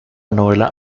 novela